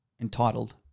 entitled